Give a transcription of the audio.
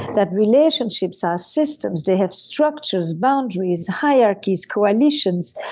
that relationships are systems they have structures, boundaries, hierarchies, coalitions,